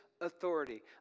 authority